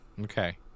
Okay